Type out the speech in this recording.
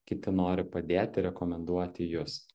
kiti nori padėti rekomenduoti jus